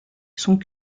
sont